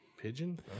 Pigeon